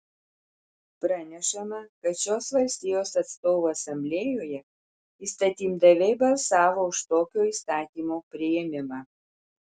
pranešama kad šios valstijos atstovų asamblėjoje įstatymdaviai balsavo už tokio įstatymo priėmimą